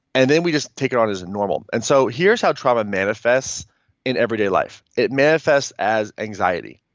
and then we just take it on as and normal. and so here's how trauma manifests in everyday life. it manifests as anxiety,